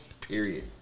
Period